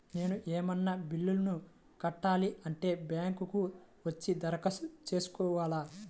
నేను ఏమన్నా బిల్లును కట్టాలి అంటే బ్యాంకు కు వచ్చి దరఖాస్తు పెట్టుకోవాలా?